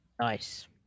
Nice